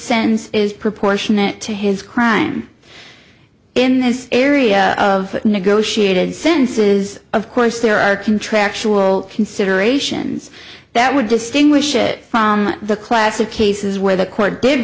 sense is proportionate to his crime in this area of negotiated senses of course there are contractual considerations that would distinguish it from the class of cases where the court did